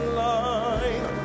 line